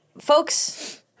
Folks